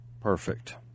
Perfect